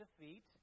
defeat